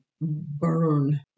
burn